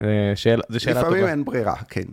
זה שאלה טובה. לפעמים אין ברירה, כן.